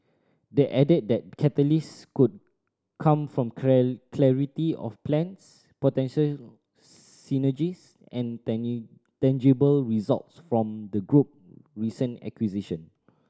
they added that catalyst could come from clarity of plans potential synergies and tangible results from the group recent acquisition